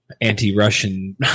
Anti-Russian